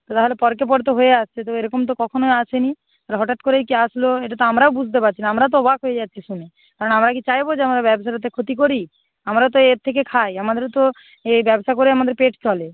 তাহলে হয়ে আসছে তো এরকম তো কখনো আসে নি হঠাৎ করেই কি আসলো এটা তো আমরাও বুঝতে পারছি না আমরা তো অবাক হয়ে যাচ্ছি শুনে কারণ আমরা কি চাইবো যে আমাদের ব্যবসাটাতে ক্ষতি করি আমরা তো এর থেকে খাই আমাদেরও তো এই ব্যবসা করে আমাদের পেট চলে